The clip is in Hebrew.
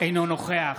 אינו נוכח